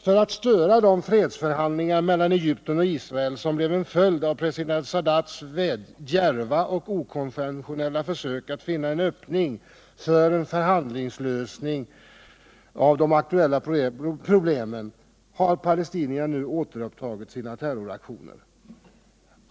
För att störa de fredsförhandlingar mellan Egypten och Israel som blev en följd av president Sadats djärva och okonventionella försök att finna en öppning för en förhandlingslösning av de aktuella problemen har palestinierna nu återupptagit sina terroraktioner.